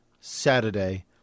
Saturday